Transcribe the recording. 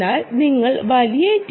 എന്നാൽ നിങ്ങൾ വലിയ ടി